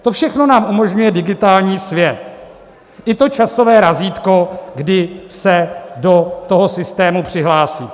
To všechno nám umožňuje digitální svět, i to časové razítko, kdy se do toho systému přihlásíte.